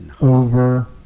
Over